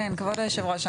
כן כבוד היושב ראש,